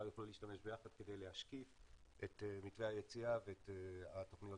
יוכלו להשתמש ביחד כדי להשקיף את מתווה היציאה ואת התכניות